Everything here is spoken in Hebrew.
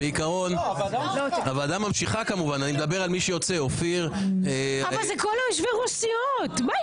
מי שטיפל בנושא של כל החלוקה של הוועדות מול הסיעות היה יואב